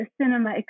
cinema